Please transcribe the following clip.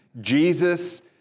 Jesus